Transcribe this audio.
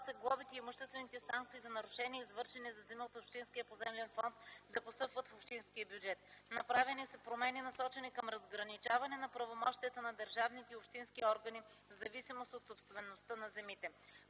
се глобите и имуществените санкции за нарушения, извършени за земи от общинския поземлен фонд да постъпват в общинския бюджет. Направени са промени насочени към разграничаване на правомощията на държавните и общински органи в зависимост от собствеността на земите.